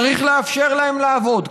צריך לאפשר להם לעבוד.